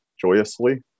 joyously